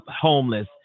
homeless